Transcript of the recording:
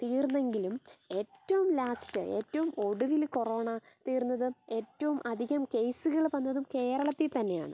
തീർന്നെങ്കിലും ഏറ്റവും ലാസ്റ്റ് ഏറ്റവും ഒടുവിൽ കൊറോണ തീർന്നത് ഏറ്റവും അധികം കേസുകൾ വന്നതും കേരളത്തിൽ തന്നെയാണ്